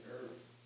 Earth